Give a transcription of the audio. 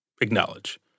acknowledge